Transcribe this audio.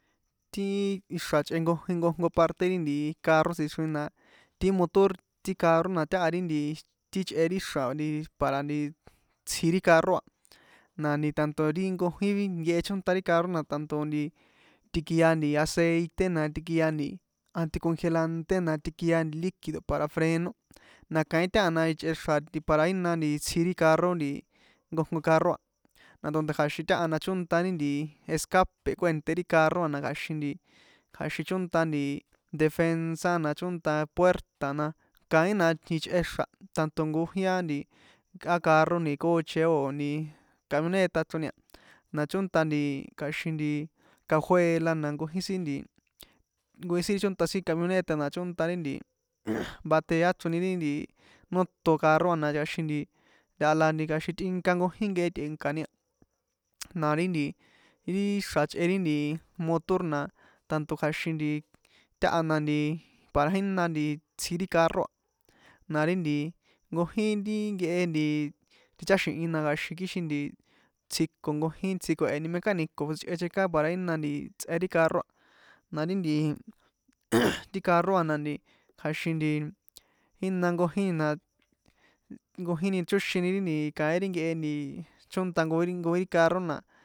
Ti ixra̱ ichꞌe nkonkojko parte ri nti carro sixroni na ti motor ti carro na táha ri nti ti ichꞌe ri ixra̱ nti para tsji ri carro a na nti tanto ri nkojin ri nkehe chónṭa ri carro na tanto nti tikia nti aceite na tikia nti anticongelante na tikia liquido para freno na kain taha na ichꞌe xra̱ para jina nti itsji ri carro nti nkojko carro a, na tanto kja̱xin taha na chónṭa ri nti escape kuènté ri carro a na kja̱xin nti kja̱xin chónṭa nti defensa na chónṭa puerta na kaín na ichꞌe xra̱ tanto nkojin a nti a carro nti coche óo̱ nti camioneta chro ni na chónṭa nti kja̱xin nti cajuela na nkojin sin nti nkojín sin chónṭa sin camioneta na chónta ri nti bateo chro ri nti nóton carro a na kja̱xin nti taha la kja̱xin tꞌink ankojín nkehe tꞌe̱nkani na ri nti ri xra̱ chꞌe ri motor na tanto kja̱xin nti táha na nti para jína tsji ri carro a na ri nti nkojín ri nti nkehe nti ticháxi̱hi na kja̱xin kixin nti tsjiko nkojín tsjíko̱heni mécani̱ko tsjichꞌe checar para jina itsꞌe ri carro na ri nti jjj ti carro a na nti kja̱xin nti jína nkojíni na nkojíni chóxini ri nti kaín ri nkehe nti chónta nkojín ri nkojín ri carro na.